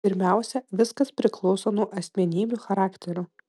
pirmiausia viskas priklauso nuo asmenybių charakterių